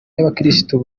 y’abakirisitu